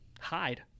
hide